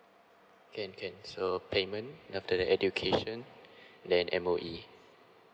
can can so payment after the education then M_O_E